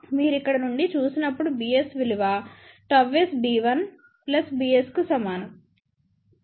మీరు ఇక్కడ నుండి చూసినప్పుడు bs విలువ ΓS b1 bs కు సమానం